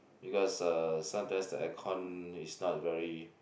because uh sometimes the aircon is not very